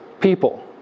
people